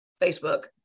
Facebook